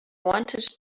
wanted